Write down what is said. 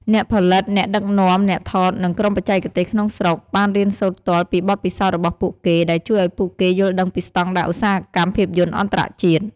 អ្នកផលិត អ្នកដឹកនាំ អ្នកថត និងក្រុមបច្ចេកទេសក្នុងស្រុក បានរៀនសូត្រផ្ទាល់ពីបទពិសោធន៍របស់ពួកគេ ដែលជួយឱ្យពួកគេយល់ដឹងពីស្តង់ដារឧស្សាហកម្មភាពយន្តអន្តរជាតិ។